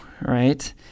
right